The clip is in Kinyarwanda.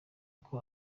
uko